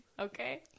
Okay